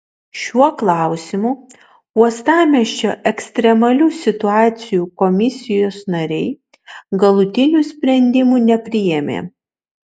šiuo klausimu uostamiesčio ekstremalių situacijų komisijos nariai galutinių sprendimų nepriėmė